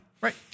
Right